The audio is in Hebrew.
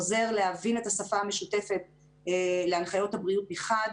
עוזר להבין את השפה המשותפת להנחיות הבריאות מחד,